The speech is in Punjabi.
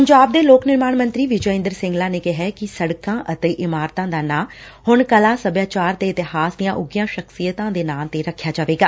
ਪੰਜਾਬ ਦੇ ਲੋਕ ਨਿਰਮਾਣ ਮੰਤਰੀ ਵਿਜੇ ਇੰਦਰ ਸਿੰਗਲਾ ਨੇ ਕਿਹੈ ਕਿ ਸੜਕਾਂ ਅਤੇ ਇਮਾਰਤਾਂ ਦਾ ਨਾ ਹੁਣ ਕਲਾ ਸਭਿਆਚਾਰ ਤੇ ਇਤਿਹਾਸ ਦੀਆਂ ਉਘੀਆਂ ਸ਼ਖਸੀਅਤਾਂ ਦੇ ਨਾਵਾਂ ਤੇ ਰੱਖਿਆ ਜਾਵੇਗਾ